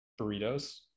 burritos